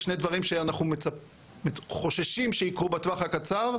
שני דברים שאנחנו חוששים שיקרו בטווח הקצר,